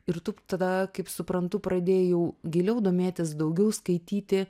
ir tu tada kaip suprantu pradėjai jau giliau domėtis daugiau skaityti